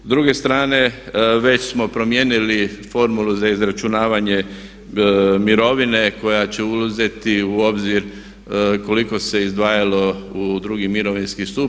S druge strane već smo promijenili formulu za izračunavanje mirovine koja će uzeti u obzir koliko se izdvajalo u drugi mirovinski stup.